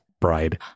bride